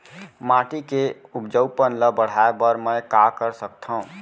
माटी के उपजाऊपन ल बढ़ाय बर मैं का कर सकथव?